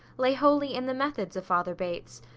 lay wholly in the methods of father bates.